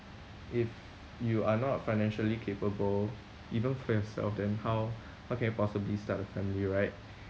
if you are not financially capable even for yourself then how how can you possibly start a family right